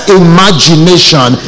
imagination